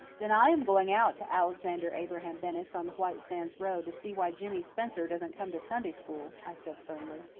then i am going out to alexander abraham bennett's on the white sands road to see why jimmy spencer doesn't come to sunday school, i said firmly.